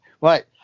Right